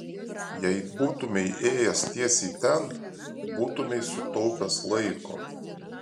jei būtumei ėjęs tiesiai ten būtumei sutaupęs laiko